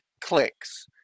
clicks